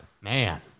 Man